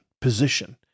position